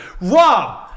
Rob